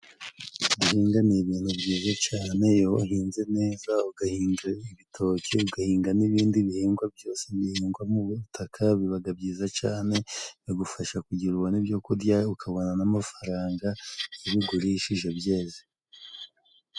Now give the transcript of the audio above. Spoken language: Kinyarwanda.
Guhinga ni ibintu byiza cane iyo wahinze neza ugahinga ibitoki, ugahinga n'ibindi bihingwa byose bihingwa mu butaka bibaga byiza cane bigufasha kugira ubona ibyorya ukabona n'amafaranga iyo ubigurishije byeze.